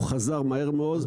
הוא חזר מהר מאוד.